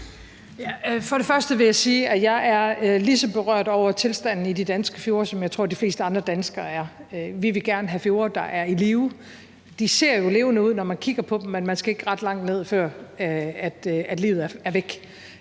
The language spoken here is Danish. og fremmest vil jeg sige, at jeg er lige så berørt over tilstanden i de danske fjorde, som jeg tror de fleste andre danskere er. Vi vil gerne have fjorde, der er i live. De ser jo levende ud, når man kigger på dem, men man skal ikke ret langt ned, før livet er væk